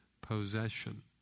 possession